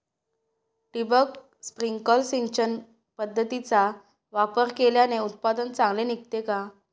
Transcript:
ठिबक, स्प्रिंकल सिंचन पद्धतीचा वापर केल्याने उत्पादन चांगले निघते का?